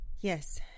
Yes